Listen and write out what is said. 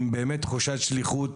עם באמת תחושת שליחות,